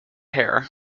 hair